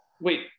wait